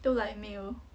still like 没有